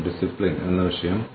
J J ഫിലിപ്സിന്റെ ഈ അധ്യായമുണ്ട്